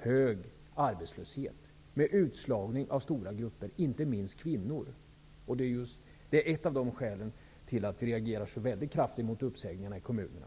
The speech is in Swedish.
hög arbetslöshet med utslagning av stora grupper, inte minst kvinnor. Det är ett av skälen till att vi reagerar så kraftigt mot försämringarna i kommunerna.